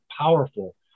powerful